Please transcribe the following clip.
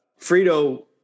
Frito